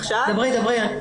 מתחילה,